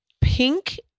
pink